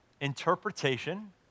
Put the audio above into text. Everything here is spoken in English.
Interpretation